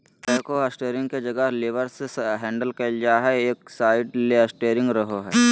backhoe steering के जगह levers से हैंडल कइल जा हइ, एक साइड ले स्टेयरिंग रहो हइ